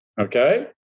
Okay